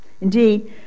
Indeed